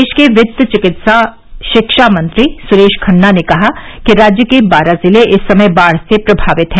प्रदेश के वित्त चिकित्सा शिक्षा मंत्री सुरेश खन्ना ने कहा कि राज्य के बारह जिले इस समय बाढ़ से प्रभावित हैं